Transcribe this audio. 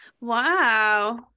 Wow